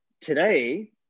Today